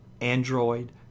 Android